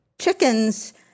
Chickens